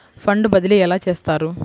Fund బదిలీ ఎలా చేస్తారు?